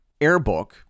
AirBook